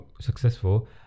successful